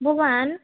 भवान्